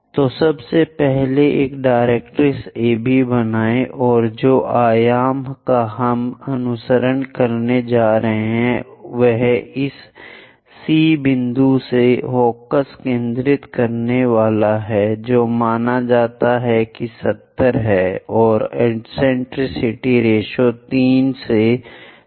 तो सबसे पहले एक डायरेक्ट्रिक्स AB बनाये और जो आयाम का हम अनुसरण करने जा रहे हैं वह इस C बिंदु से फोकस केंद्रित करने वाला है जो माना जाता है कि 70 है और एक्सेंट्रिसिटी रेश्यो 3 से 4 है